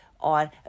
on